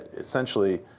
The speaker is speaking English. essentially,